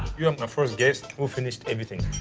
you are my first guest who finished everything.